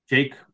Jake